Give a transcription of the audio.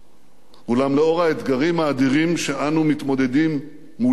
אולם לאור האתגרים האדירים שאנו מתמודדים מולם היום,